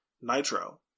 Nitro